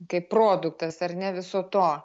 kaip produktas ar ne viso to